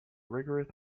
rigorous